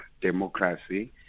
democracy